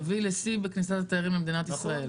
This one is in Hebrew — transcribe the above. שהביא לשיא בכניסת התיירים למדינת ישראל.